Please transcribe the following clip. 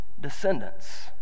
descendants